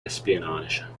espionage